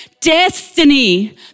destiny